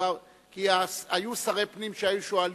כי היו שרי פנים שהיו שואלים,